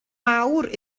mawr